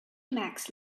emacs